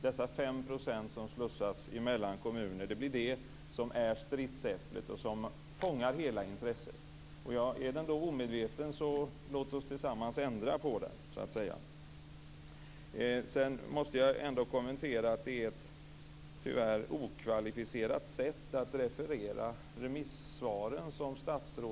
De 5 % som slussas mellan kommuner blir det som är stridsäpplet och som fångar hela intresset. Om den är omedveten så låt oss tillsammans ändra på den! Sedan måste jag tyvärr också kommentera att statsrådet har ett okvalificerat sätt att referera remisssvaren.